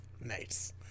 Nice